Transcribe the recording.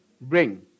Bring